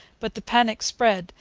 but the panic spread,